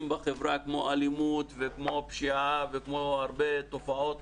בחברה כמו אלימות וכמו פשיעה וכמו הרבה תופעות